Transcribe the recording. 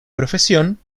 profesión